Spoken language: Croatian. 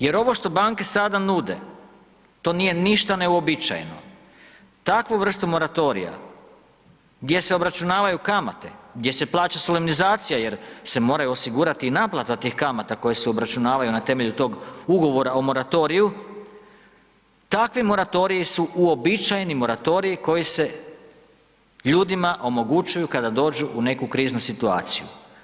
Jer ovo što banke sada nude, to nije ništa neuobičajeno, takvu vrstu moratorija gdje se obračunavaju kamate, gdje se plaća solemnizacija jer se mora osigurati i naplata tih kamata koje se obračunavaju na temelju tog ugovora o moratoriju, takvi moratoriji su uobičajeni moratorij koji se ljudima omogućuje kada dođu u neku kriznu situaciju.